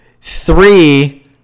Three